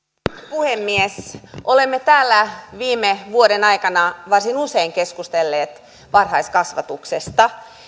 puhemies olemme täällä viime vuoden aikana varsin usein keskustelleet varhaiskasvatuksesta